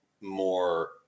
more